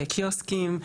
קיוסקים,